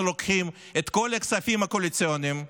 אנחנו לוקחים את כל הכספים הקואליציוניים,